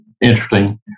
interesting